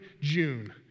June